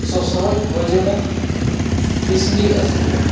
ᱥᱚᱥᱚᱨᱚᱡ ᱜᱚᱡᱮ ᱢᱮ ᱠᱤᱥᱱᱤ ᱟᱹᱥᱩᱞᱮᱢ